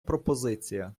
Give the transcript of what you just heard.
пропозиція